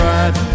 Right